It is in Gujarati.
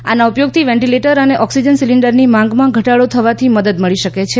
આના ઉપયોગથી વેન્ટીલેટર અને ઓકસીજન સીલીન્ડરની માંગમાં ઘટાડો થવાથી મદદ મળી શકે છે